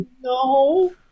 No